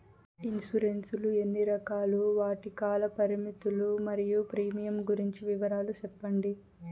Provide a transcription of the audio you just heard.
Insurance లు ఎన్ని రకాలు? వాటి కాల పరిమితులు మరియు ప్రీమియం గురించి వివరాలు సెప్పండి?